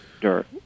dirt